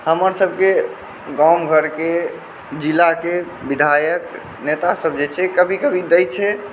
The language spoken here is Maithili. हमर सबके गाम घरके जिलाके विधायक नेता सब जे छै कभी कभी दै छै